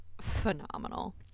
phenomenal